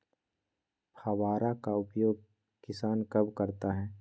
फावड़ा का उपयोग किसान कब करता है?